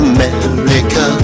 America